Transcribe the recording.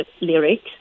lyrics